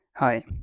Hi